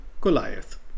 Goliath